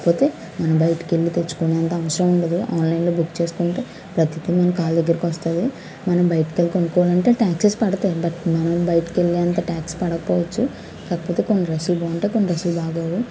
కాకపోతే మనం బయటికి వెళ్ళి తెచ్చుకునేంత అవసరం ఉండదు ఆన్లైన్లో బుక్ చేసుకుంటే ప్రతిది మన కాళ్ళ దగ్గరికి వస్తుంది మనం బయటికు వెళ్ళి కొనుక్కోవాలి అంటే ట్యాక్సెస్ పడతాయి బట్ మనం బయటకి వెళ్లేంత ట్యాక్స్ పడకపోవచ్చు కాకపోతే కొన్ని డ్రెస్సులు బాగుంటాయి కొన్ని డ్రెస్సులు బాగోవు